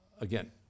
again